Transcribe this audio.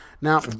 Now